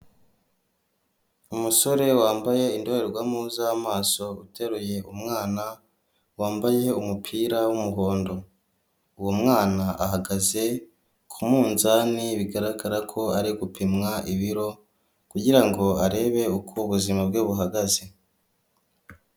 Umusore wambaye indorerwamo z'amaso uteruye umwana wambaye umupira w'umuhondo. Uwo mwana ahagaze ku munzani bigaragara ko ari gupimwa ibiro kugira ngo arebe uko ubuzima bwe buhagaze.